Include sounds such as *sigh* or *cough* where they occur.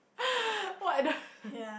*noise* what the